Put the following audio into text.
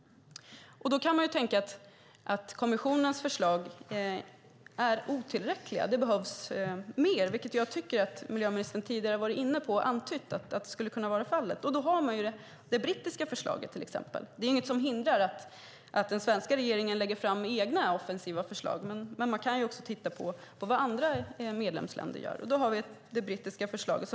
Då kan man tänka att kommissionens förslag är otillräckliga. Det behövs mer, vilket jag tycker att miljöministern tidigare varit inne på och antytt skulle kunna vara fallet. Det är inget som hindrar att den svenska regeringen lägger fram egna offensiva förslag, men man kan också titta på vad andra medlemsländer gör. Då har vi till exempel det brittiska förslaget.